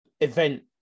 event